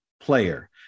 player